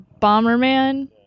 Bomberman